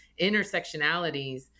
intersectionalities